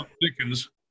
Dickens